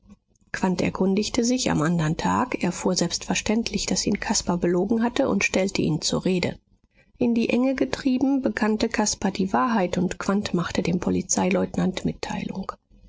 erkundigte sich am andern tag erfuhr selbstverständlich daß ihn caspar belogen hatte und stellte ihn zur rede in die enge getrieben bekannte caspar die wahrheit und quandt machte dem polizeileutnant mitteilung